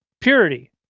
purity